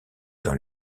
dans